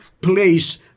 place